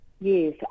Yes